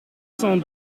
cent